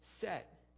set